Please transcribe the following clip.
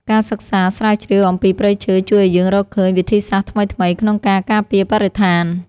ការសិក្សាស្រាវជ្រាវអំពីព្រៃឈើជួយឱ្យយើងរកឃើញវិធីសាស្ត្រថ្មីៗក្នុងការការពារបរិស្ថាន។